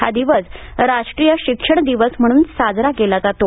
हा दिवस राष्ट्रीय शिक्षण दिवस म्हणून साजरी केली जाते